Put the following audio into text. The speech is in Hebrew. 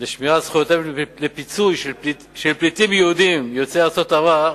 לפיצוי של פליטים יהודים יוצאי ארצות ערב,